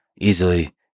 easily